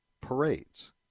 parades